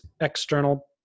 external